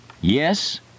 Yes